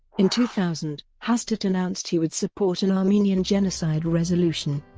in two thousand, hastert announced he would support an armenian genocide resolution.